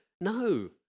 No